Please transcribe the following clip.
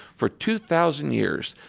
for two thousand years,